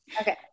Okay